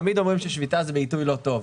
תמיד אומרים ששביתה זה בעיתוי לא טוב.